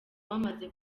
wamaze